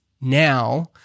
now